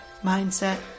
mindset